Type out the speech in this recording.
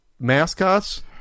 mascots